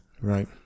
Right